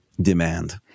demand